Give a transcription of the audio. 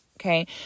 Okay